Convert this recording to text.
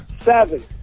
Seven